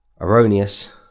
erroneous